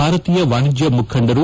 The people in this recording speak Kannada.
ಭಾರತೀಯ ವಾಣಿಜ್ಯ ಮುಖಂಡರು